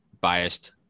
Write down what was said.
biased